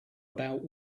about